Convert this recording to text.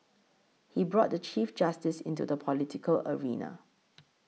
he brought the Chief Justice into the political arena